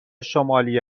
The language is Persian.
شمالی